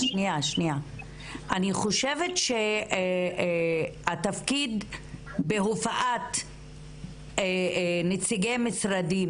אני חושבת שהתפקיד בהופעת נציגי משרדים